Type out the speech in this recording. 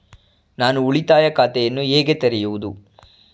ನಾನು ಉಳಿತಾಯ ಖಾತೆಯನ್ನು ಹೇಗೆ ತೆರೆಯುವುದು?